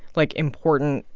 like, important,